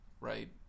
right